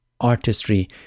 artistry